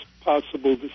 possible